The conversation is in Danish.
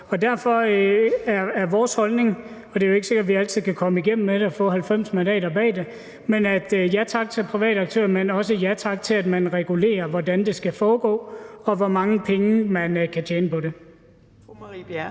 Derfor er vores holdning – og det er jo ikke sikkert, at vi altid kan komme igennem med det og få 90 mandater bag det – et ja tak til private aktører, men også et ja tak til, at man regulerer, hvordan det skal foregå, og hvor mange penge de kan tjene på det.